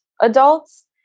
adults